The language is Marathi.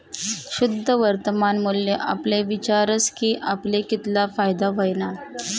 शुद्ध वर्तमान मूल्य आपले विचारस की आपले कितला फायदा व्हयना